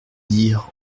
dire